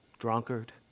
Drunkard